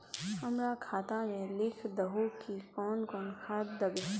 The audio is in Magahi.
हमरा खाता में लिख दहु की कौन कौन खाद दबे?